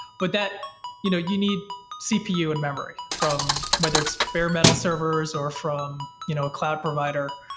but that you know you need cpu and memory from whether it's bare metal servers, or from you know a cloud provider.